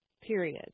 period